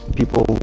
people